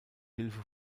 hilfe